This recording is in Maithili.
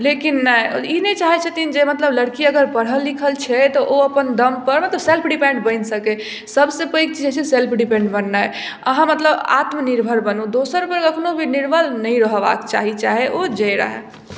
लेकिन नहि ई नहि चाहै छथिन जे मतलब लड़की अगर पढ़ल लिखल छै तऽ ओ अपन दम पर सेल्फ डिपेन्ड बैन सकै सब से पैघ जे छै सेल्फ डिपेन्ड बननाए अहाँ मतलब आत्मनिर्भर बनू दोसर पर कखनौ भी निर्भर नै रहबाके चाही चाहै ओ जे रहै